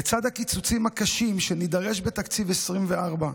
לצד הקיצוצים הקשים שנידרש להם בתקציב 2024,